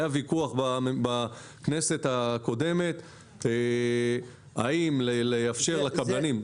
היה ויכוח בכנסת הקודמת האם לאפשר לקבלנים להכניס.